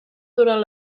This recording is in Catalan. durant